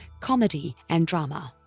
comedy and drama.